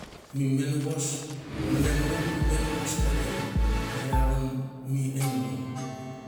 Mi mengos menemenen mi mengos kelei i aron mi enamon.